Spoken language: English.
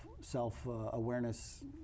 self-awareness